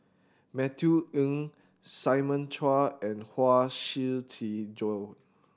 Matthew Ngui Simon Chua and Huang Shiqi Joan